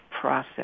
process